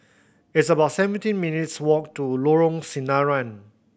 it's about seventeen minutes' walk to Lorong Sinaran